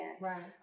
Right